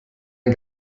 ein